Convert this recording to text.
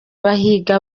bahiga